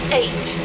eight